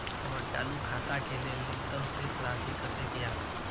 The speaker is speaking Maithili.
हमर चालू खाता के लेल न्यूनतम शेष राशि कतेक या?